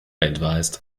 advised